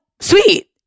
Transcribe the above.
Sweet